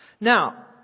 Now